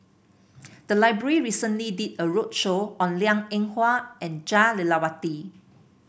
the library recently did a roadshow on Liang Eng Hwa and Jah Lelawati